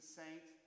saint